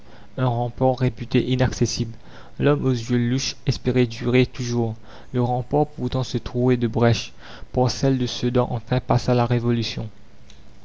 un rempart réputé inaccessible la commune l'homme aux yeux louches espérait durer toujours le rempart pourtant se trouait de brèches par celle de sedan enfin passa la révolution